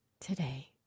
today